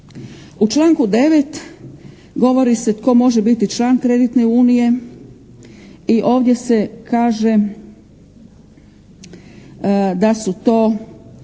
U članku 9. govori se tko može biti član Kreditne unije i ovdje se kaže da su to